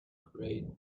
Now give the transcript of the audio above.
grate